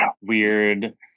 weird